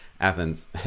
Athens